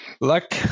luck